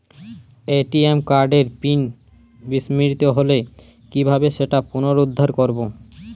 ATM কার্ডের pin বিস্মৃত হলে কীভাবে সেটা পুনরূদ্ধার করব?